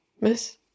miss